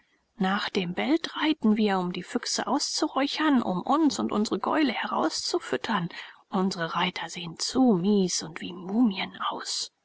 nach dem beld reiten wir um die füchse herauszuräuchern um uns und unsre gäule herauszufüttern unsre reiter sehen zu mies und wie die mumien aus